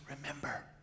remember